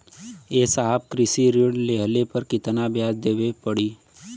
ए साहब कृषि ऋण लेहले पर कितना ब्याज देवे पणी?